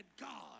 God